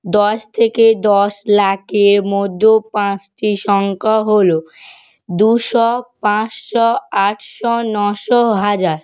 দশ থেকে দশ লাখের মধ্যে পাঁচটি সংখ্যা হলো দুশো পাঁচশো আটশো নশো হাজার